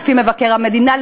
לפי מבקר המדינה,